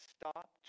stop